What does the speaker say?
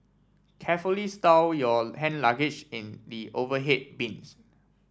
carefully stow your hand luggage in the overhead bins